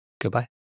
goodbye